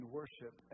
worship